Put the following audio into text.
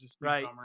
Right